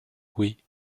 oui